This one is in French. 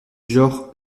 genre